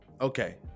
okay